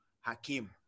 Hakim